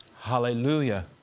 Hallelujah